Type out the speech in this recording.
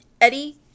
Eddie